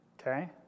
Okay